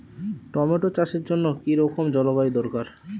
Tomato চাষের জন্য কি রকম জলবায়ু দরকার?